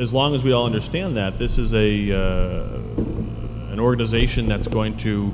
as long as we all understand that this is a an organization that is going to